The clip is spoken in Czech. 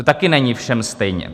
To taky není všem stejně.